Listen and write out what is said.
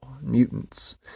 mutants